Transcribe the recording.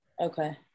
Okay